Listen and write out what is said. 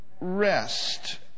rest